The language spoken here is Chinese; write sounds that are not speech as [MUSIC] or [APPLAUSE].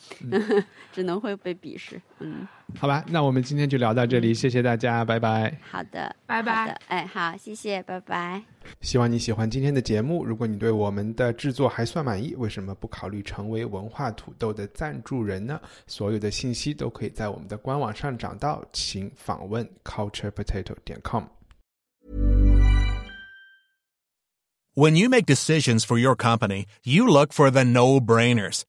[LAUGHS] 嗯。只能会被鄙视，嗯。好吧，那我们今天就聊到这里，嗯。谢谢大家，拜拜。好的，好拜拜。的，哎，好，谢谢，拜拜。希望你喜欢今天的节目，如果你对我们的制作还算满意，为什么不考虑成为文化土豆的赞助人呢？所有的信息都可以在我们的官网上找到，请访问culturepotato.com。When you make decisions for your company, you look for the no-brainers.